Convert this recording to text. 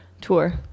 Tour